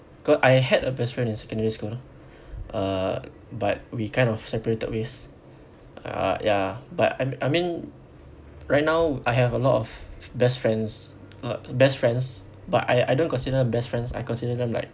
cause I had a best friend in secondary school uh but we kind of separated ways uh ya but I'm I mean right now I have a lot of best friends uh best friends but I I don't consider best friends I consider them like